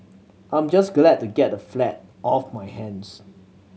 I'm just glad to get the flat off my hands